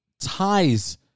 ties